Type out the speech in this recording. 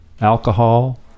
alcohol